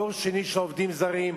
דור שני של עובדים זרים,